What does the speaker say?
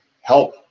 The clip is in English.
help